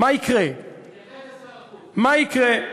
מה יקרה?